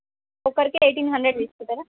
ఒక్కరికి eighteen hundred తీసుకుంటారా